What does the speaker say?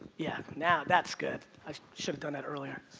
yeah, now that's good. i should have done that earlier.